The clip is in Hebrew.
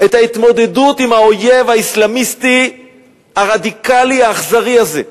את ההתמודדות עם האויב האסלאמיסטי הרדיקלי האכזרי הזה,